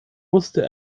wusste